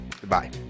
Goodbye